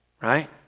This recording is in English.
right